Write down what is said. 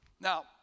Now